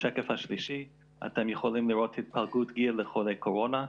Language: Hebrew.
בשקף השלישי אתם יכולים לראות התפלגות גיל לחולי קורונה.